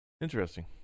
Interesting